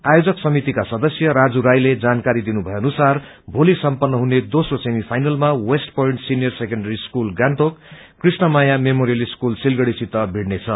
आयोजक समितिका सदस्य राजू राईले जानकारी दिनुभए अनुसार भेली सम्पन्न हुने दोस्रो सेमिाइनलमा west point senior secondary school Gangtok Krishnamaya memorial school Siliguri सित भिड़नेछ